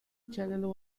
channel